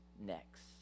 next